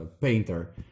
painter